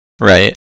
Right